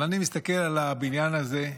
אבל אני מסתכל על הבניין הזה,